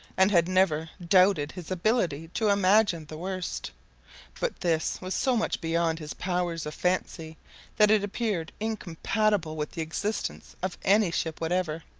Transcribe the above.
and had never doubted his ability to imagine the worst but this was so much beyond his powers of fancy that it appeared incompatible with the existence of any ship whatever.